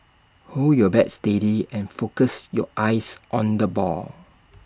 hold your bat steady and focus your eyes on the ball